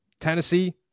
Tennessee